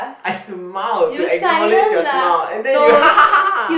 I smiled to acknowledge your smile and then you ha ha ha ha